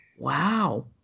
Wow